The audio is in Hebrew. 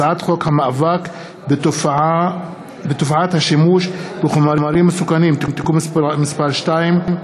הצעת חוק המאבק בתופעת השימוש בחומרים מסכנים (תיקון מס' 2),